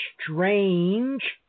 strange